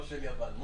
לא של יוון.